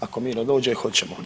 Ako Miro dođe hoćemo.